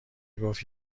گفت